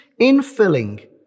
infilling